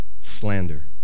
slander